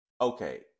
okay